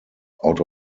out